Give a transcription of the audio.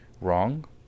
wrong